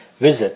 Visit